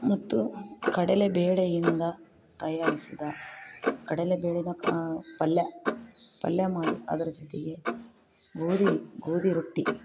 ಮತ್ತು ಕಡಲೆ ಬೇಳೆಯಿಂದ ತಯಾರಿಸಿದ ಕಡಲೆ ಬೇಳೆನ ಪಲ್ಯ ಪಲ್ಯ ಮಾಡಿ ಅದರ ಜೊತೆಗೆ ಗೋಧಿ ಗೋಧಿ ರೊಟ್ಟಿ